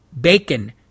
bacon